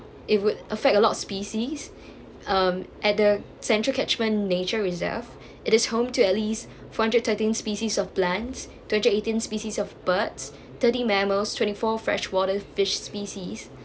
it would affect a lot of species um at the central catchment nature reserve it is home to at least four hundred thirteen species of plants two hundred eighteen species of birds thirty mammals twenty four freshwater fish species